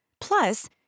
Plus